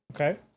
Okay